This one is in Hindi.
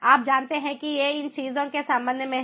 आप जानते हैं कि ये इन चीजों के संबंध में हैं